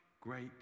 great